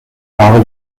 jahre